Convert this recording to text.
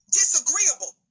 disagreeable